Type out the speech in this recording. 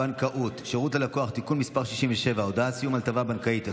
הבנקאות (שירות ללקוח) (תיקון מס' 67) (הודעה על סיום הטבה בנקאית),